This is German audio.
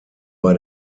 bei